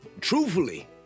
truthfully